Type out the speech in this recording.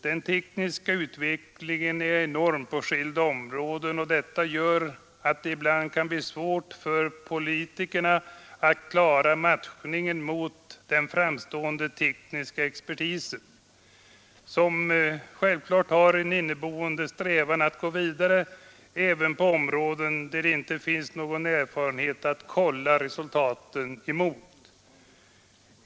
Den tekniska utvecklingen är enorm på skilda områden, och detta gör att det ibland kan bli svårt för politikerna att klara matchningen mot den framstående tekniska expertisen, som självklart har en inneboende strävan att gå vidare även på områden där det inte finns någon erfarenhet att kolla resultaten mot.